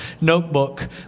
notebook